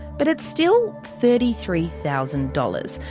but it's still thirty three thousand dollars.